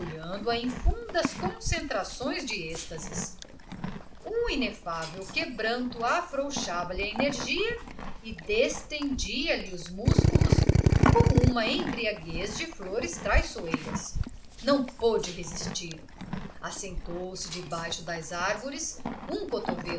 mergulhando a em fundas concentrações de êxtase um inefável quebranto afrouxava lhe a energia e distendia lhe os músculos com uma embriaguez de flores traiçoeiras não pôde resistir assentou-se debaixo das árvores